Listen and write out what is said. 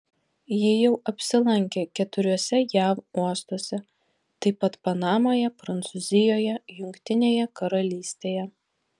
ji jau apsilankė keturiuose jav uostuose taip pat panamoje prancūzijoje jungtinėje karalystėje